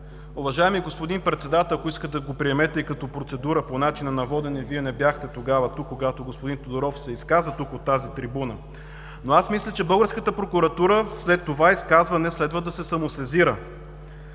уважаеми господин Председател, ако искате го приемете и като процедура по начина на водене, Вие не бяхте тогава тук, когато господин Тодоров се изказа тук от тази трибуна, но аз мисля, че след това изказване българската прокуратура следва да се самосезира.